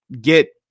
get